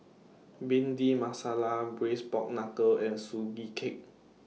Bhindi Masala Braised Pork Knuckle and Sugee Cake